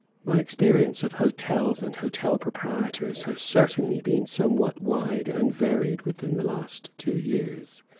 my experience of hotels and hotel proprietors has certainly been somewhat wide and varied within the last two years